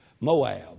Moab